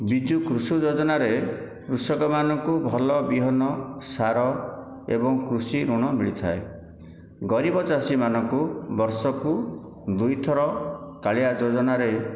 ବିଜୁ କୃଷି ଯୋଜନାରେ କୃଷକ ମାନଙ୍କୁ ଭଲ ବିହନ ସାର ଏବଂ କୃଷିଋଣ ମିଳିଥାଏ ଗରିବ ଚାଷୀମାନଙ୍କୁ ବର୍ଷକୁ ଦୁଇ ଥର କାଳିଆ ଯୋଜନାରେ